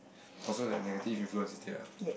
also like negative influence instead ah